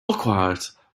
urquhart